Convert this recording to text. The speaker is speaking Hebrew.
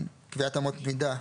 קביעת אמות מידה,